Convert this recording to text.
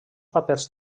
papers